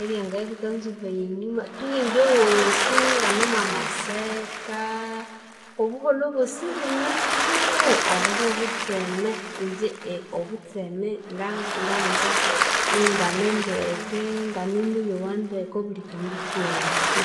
ebyangabya ibikanzubaya enyuma, tu ingye owosi ingane mwamasekaa, obuholho obw'osi ibuneeho, obwo bw'obutseme ingye obutseme nga nganza ingane ndeke inganemuyowa ndeke obuli kandu kosi.